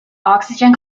oxygen